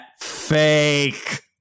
fake